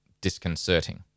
disconcerting